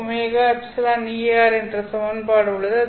jωεEr என்ற ஒரு சமன்பாடு உள்ளது